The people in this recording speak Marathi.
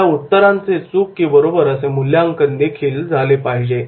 या उत्तरांचे चूक की बरोबर असे मूल्यांकन देखील झाले पाहिजे